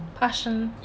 怕生